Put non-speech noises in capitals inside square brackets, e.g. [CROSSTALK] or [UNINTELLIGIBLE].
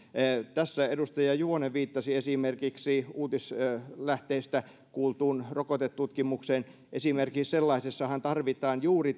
tässä edustaja juvonen viittasi esimerkiksi uutislähteistä kuultuun rokotetutkimukseen esimerkiksi sellaisessahan juuri [UNINTELLIGIBLE]